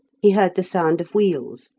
he heard the sound of wheels,